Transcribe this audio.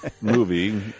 movie